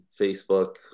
facebook